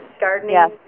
gardening